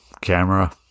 camera